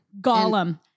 Gollum